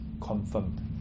confirmed